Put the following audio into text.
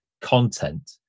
content